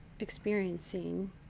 experiencing